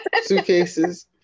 suitcases